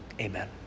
Amen